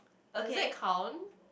does it count